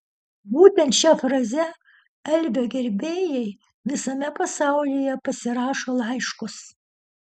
būtent šia fraze elvio gerbėjai visame pasaulyje pasirašo laiškus